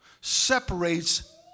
separates